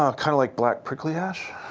um kind of like black prickly ash.